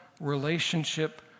relationship